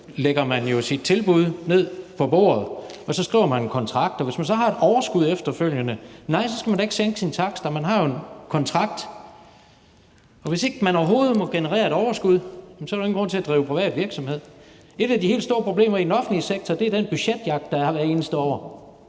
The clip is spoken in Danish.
lægger man sit tilbud på bordet, og så skriver man en kontrakt. Og hvis man har et overskud efterfølgende, nej, så skal man da ikke sænke sine takster. Man har en kontrakt, og hvis man overhovedet ikke må generere et overskud, så er der jo ingen grund til at drive privat virksomhed. Et af de helt store problemer i den offentlige sektor er den budgetjagt, som der er hvert eneste år.